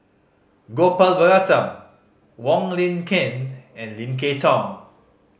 Gopal Baratham Wong Lin Ken and Lim Kay Tong